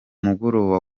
mugoroba